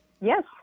Yes